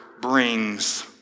brings